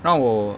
让我